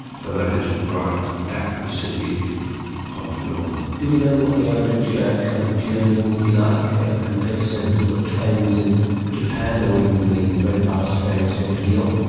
so that is right at the city of melbourne. do we know what the average ah kind of journey will be like compared to, say, the bullet trains in japan or even the very fast trains going to lyon?